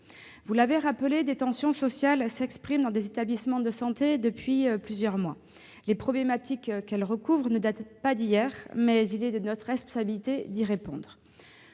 Vous l'avez rappelé, des tensions sociales s'expriment dans des établissements de santé depuis plusieurs mois. Les problématiques qu'elles recouvrent ne datent pas d'hier, mais il est de notre responsabilité d'y répondre.